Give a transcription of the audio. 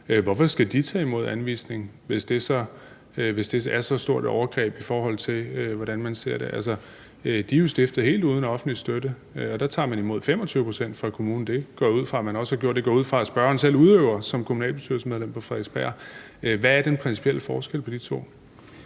egen kommune, tage imod anvisning, hvis det er så stort et overgreb, i forhold til hvordan man ser det? Altså, de er jo stiftet helt uden offentlig støtte, og der tager man imod 25 pct. fra kommunen, og det går jeg også ud fra at spørgeren som kommunalbestyrelsesmedlem på Frederiksberg selv udøver. Hvad er den principielle forskel på de to